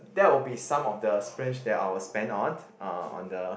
that will be some of the splinge that I will spend on uh on the